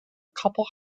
couple